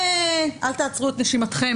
אל תעצרו את נשימתכם.